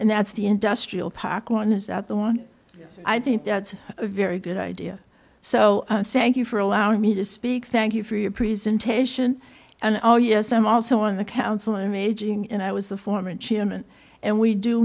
and that's the industrial park one is that the one i think that's a very good idea so thank you for allowing me to speak thank you for your presentation and oh yes i'm also on the council imaging and i was a former chairman and we do